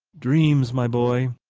dreams my boy!